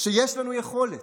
שיש לנו יכולת,